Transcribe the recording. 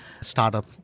startup